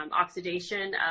oxidation